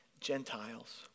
Gentiles